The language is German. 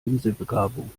inselbegabung